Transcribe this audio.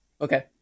Okay